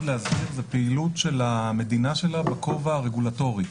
להסדיר זה פעילות של המדינה בכובע הרגולטורי